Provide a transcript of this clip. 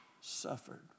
suffered